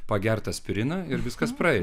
pagert aspiriną ir viskas praeis